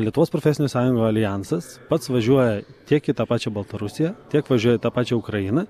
lietuvos profesinių sąjungų aljansas pats važiuoja tiek į tą pačią baltarusiją tiek važiuoja į tą pačią ukrainą